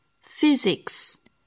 Physics